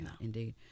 indeed